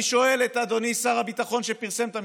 אני שואל את אדוני שר הביטחון, שפרסם את המכרז,